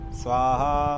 swaha